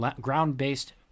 ground-based